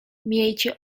miejcie